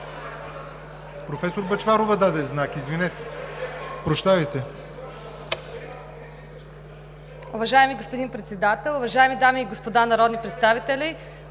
Професор Бъчварова даде знак, извинете, прощавайте.